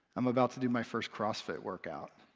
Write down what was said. i'm about to do my first crossfit workout.